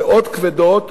המאוד-כבדות,